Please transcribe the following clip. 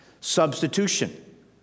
substitution